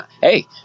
Hey